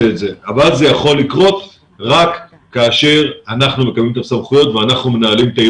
את זה אבל זה יכול לקרות רק כאשר אנחנו מקבלים את הסמכויות,